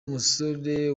musore